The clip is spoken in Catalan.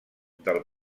del